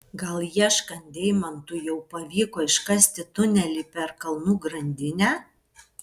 gal ieškant deimantų jau pavyko iškasti tunelį per kalnų grandinę